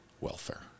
welfare